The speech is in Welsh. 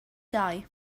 dau